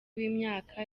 w’imyaka